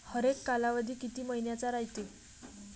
हरेक कालावधी किती मइन्याचा रायते?